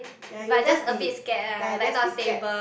ya you'll just be ya just be scared